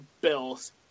Bills